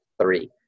three